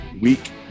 week